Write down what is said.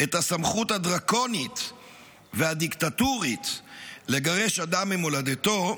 את הסמכות הדרקונית והדיקטטורית לגרש אדם ממולדתו,